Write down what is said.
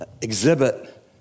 exhibit